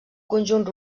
conjunt